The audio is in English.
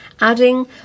adding